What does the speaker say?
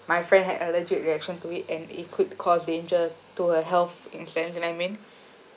my friend had allergic reaction to it and it could cause danger to her health in a sense you know what I mean